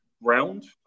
round